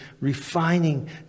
refining